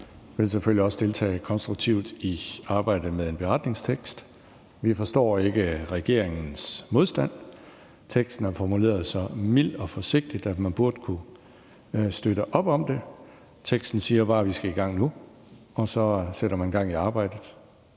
og vil selvfølgelig også deltage konstruktivt i arbejdet med en beretningstekst. Vi forstår ikke regeringens modstand. Teksten er formuleret så mildt og forsigtigt, at man burde kunne støtte op om det. Teksten siger bare, at vi skal i gang nu, og så sætter man gang i arbejdet.